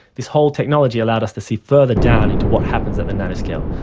this whole technology allowed us to see further down into what happens at the nano-scale.